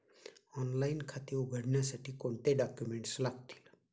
Online खाते उघडण्यासाठी कोणते डॉक्युमेंट्स लागतील?